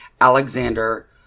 Alexander